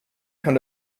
kann